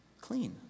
clean